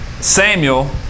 Samuel